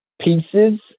pieces